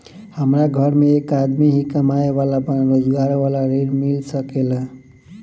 हमरा घर में एक आदमी ही कमाए वाला बाड़न रोजगार वाला ऋण मिल सके ला?